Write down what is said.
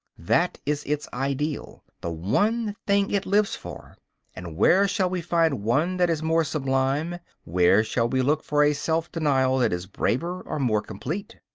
that is its ideal, the one thing it lives for and where shall we find one that is more sublime, where shall we look for a self-denial that is braver or more complete?